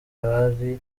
abari